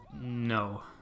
No